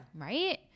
Right